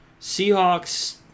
Seahawks